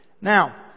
Now